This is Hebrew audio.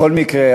בכל מקרה,